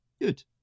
Good